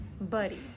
Buddy